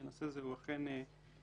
כי הנושא הזה אכן מורכב.